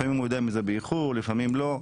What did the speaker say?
לפעמים הוא יודע על כך באיחור ולפעמים לא.